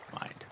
mind